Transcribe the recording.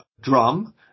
drum